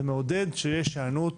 זה מעודד שיש היענות